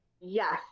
Yes